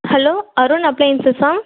hello Arun அப்ளையன்ஸஸ்ஸா